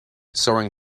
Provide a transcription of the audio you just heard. soaring